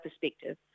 perspective